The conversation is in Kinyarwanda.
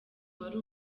wari